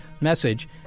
message